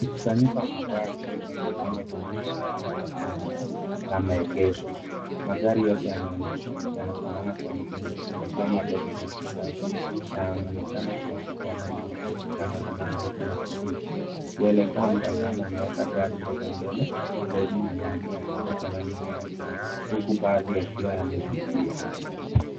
Mkusanyiko wa magari yaliyopangwa kwenye mstari, labda kwenye eneo la maegesho. Magari yote ya maonyesho yanafanana kwa mtindo, yakiwa madogo na ya kisasa, na yanaonekana kuwa ya rangi nyepesi kama vile nyeupe na kijivu. Huenda ikawa mtazamo umeweka gari moja mbele zaidi na mengine yakifuatana nyuma yake, huku baadhi yakiwa yamefifia.